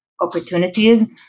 opportunities